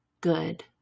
Good